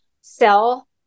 sell